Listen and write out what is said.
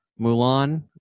Mulan